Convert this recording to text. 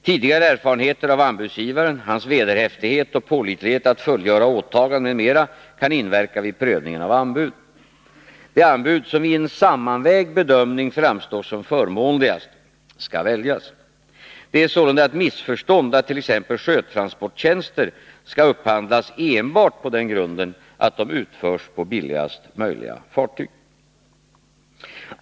Tidigare erfarenheter av anbudsgivaren, hans vederhäftighet och pålitlighet att fullgöra åtaganden m.m. kan inverka vid prövningen av anbud. Det anbud som vid en sammanvägd bedömning framstår som förmånligast skall väljas. Det är sålunda ett missförstånd att t.ex. sjötransporttjänster skall upphandlas enbart på den grunden att de utförs på billigaste möjliga fartyg.